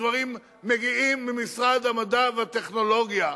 הדברים מגיעים ממשרד המדע והטכנולוגיה,